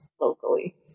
locally